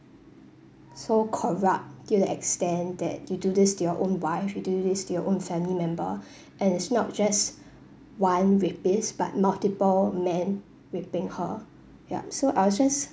so corrupt till the extent that you do this to your own wife you do this to your own family member and it's not just one rapist but multiple men raping her yup so I was just